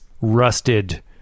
rusted